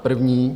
První.